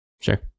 Sure